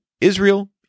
Israel